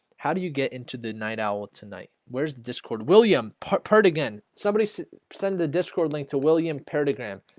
how do you get into the night owl tonight? where's the discord william heard again somebody send the discord link to william parody graham?